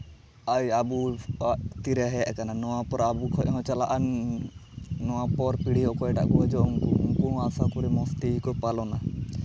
ᱟᱡ ᱟᱵᱚᱣᱟᱜ ᱛᱤᱨᱮ ᱦᱮᱡ ᱠᱟᱱᱟ ᱱᱚᱣᱟ ᱯᱚᱨᱮ ᱟᱵᱚ ᱠᱷᱚᱡ ᱦᱚᱸ ᱪᱟᱞᱟᱜᱼᱟ ᱱᱚᱣᱟ ᱯᱚᱨ ᱚᱠᱚᱭᱴᱟᱜ ᱠᱚ ᱦᱤᱡᱩᱜᱼᱟ ᱩᱱᱠᱩ ᱦᱚᱸ ᱟᱥᱟ ᱠᱚᱨᱤ ᱢᱚᱡᱽ ᱛᱮᱜᱮ ᱠᱚ ᱯᱟᱞᱚᱱᱟ